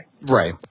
Right